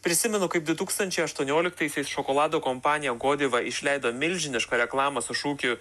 prisimenu kaip du tūkstančiai aštuonioliktaisiais šokolado kompanija godiva išleido milžinišką reklamą su šūkiu